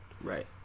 right